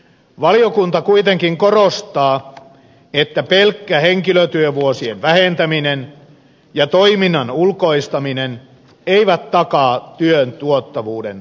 valiokunta kuitenkin korostaa että pelkkä henkilötyövuo sien vähentäminen ja toiminnan ulkoistaminen eivät takaa työn tuottavuuden paranemista